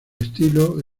estilo